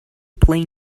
play